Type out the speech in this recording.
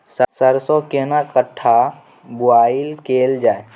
सरसो केना कट्ठा बुआई कैल जाय?